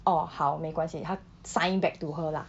orh 好没关系他 sign back to her lah